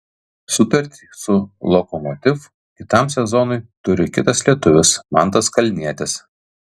sutartį su lokomotiv kitam sezonui turi kitas lietuvis mantas kalnietis